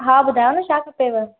हा ॿुधायो न छा खपेव